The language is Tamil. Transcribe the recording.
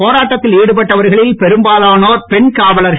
போராட்டத்தில் ஈடுபட்டவர்களில் பெரும்பாலோர் பெண் காவலர்கள்